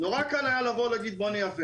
נורא קל היה לבוא ולהגיד "בוא נייקר"